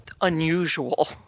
unusual